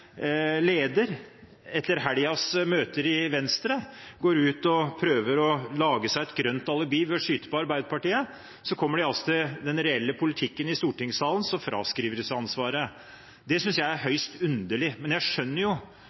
leder, etter helgens møter i Venstre, går ut og prøver å lage seg et grønt alibi ved å skyte på Arbeiderpartiet. Så kommer de altså til den reelle politikken i stortingssalen, og så fraskriver de seg ansvaret. Det synes jeg er høyst underlig, men jeg skjønner jo